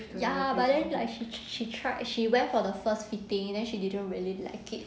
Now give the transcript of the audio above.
ya but then she she tried she went for the first fitting and then she didn't really like it